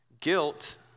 Guilt